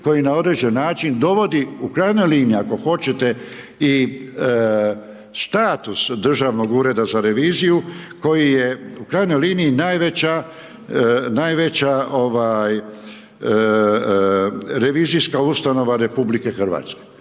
koji na određeni način dovodi, u krajnjoj liniji ako hoćete i status Državnog ureda za reviziju koji je u krajnjoj liniji najveća revizijska ustanova RH.